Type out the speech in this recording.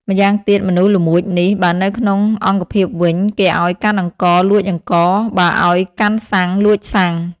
ម្យ៉ាងទៀត មនុស្សល្មួចនេះ បើនៅក្នុងអង្គភាពវិញ គេឲ្យកាន់អង្ករ លួចអង្ករ បើឲ្យកាន់សាំង លួចសាំង ។